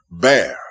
bear